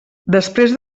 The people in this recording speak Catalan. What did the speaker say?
després